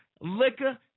liquor